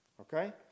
okay